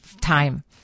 time